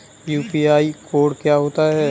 UPI code क्या होता है?